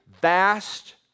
vast